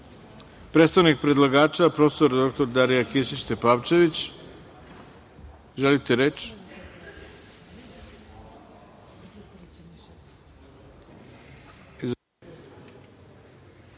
karti. Predstavnik predlagača prof. dr Darija Kisić Tepavčević, želite reč?